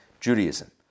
Judaism